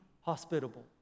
hospitable